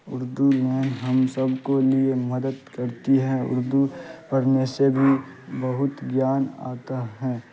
اردو میں ہم سب کو لیے مدد کڑتی ہے اردو پڑھنے سے بھی بہت گیان آتا ہے